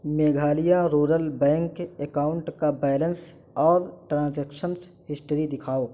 Meghalaya rural bank account کا balance اور transactions history دکھاؤ